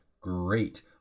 great